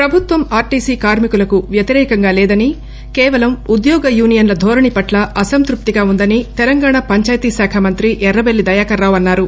ప్రభుత్వం ఆర్టీసీ కార్మికులకు వ్యతిరేకంగా లేదని కేవలం ఉద్యోగ యూనియన్ల ధోరణి పట్ల అసంతృప్తిగా ఉందని తెలంగాణ పంచాయితీ శాఖ మంత్రి ఎర్రబెల్లి దయాకర్ రావు అన్నారు